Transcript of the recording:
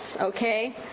okay